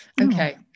okay